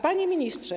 Panie Ministrze!